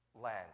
land